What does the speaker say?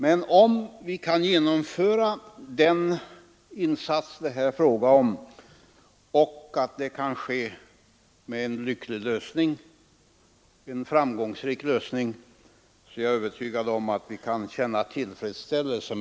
Men om vi framgångsrikt kan genomföra denna insats, har vi verkligen anledning att känna tillfredsställelse.